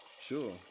Sure